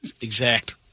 exact